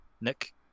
Nick